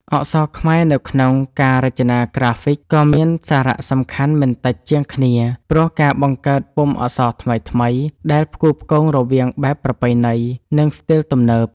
អក្សរខ្មែរនៅក្នុងការរចនាក្រាហ្វិកក៏មានសារៈសំខាន់មិនតិចជាងគ្នា ព្រោះការបង្កើតពុម្ពអក្សរថ្មីៗ ដែលផ្គូផ្គងរវាងបែបប្រពៃណី និងស្ទីលទំនើប